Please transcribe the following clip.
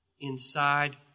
Inside